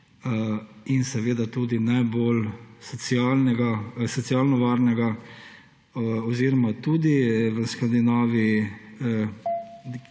in seveda tudi najbolj socialno varnega oziroma tudi v Skandinaviji,